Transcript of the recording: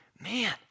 man